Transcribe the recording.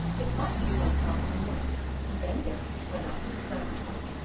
it might be one o'clock in the morning when van baerle went up to his laboratory,